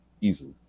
easily